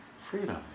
Freedom